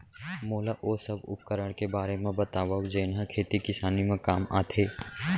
मोला ओ सब उपकरण के बारे म बतावव जेन ह खेती किसानी म काम आथे?